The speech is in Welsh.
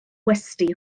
westy